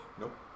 Nope